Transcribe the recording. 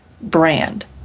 brand